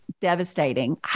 devastating